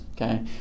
Okay